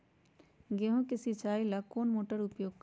गेंहू के सिंचाई ला कौन मोटर उपयोग करी?